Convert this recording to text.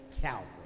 Calvary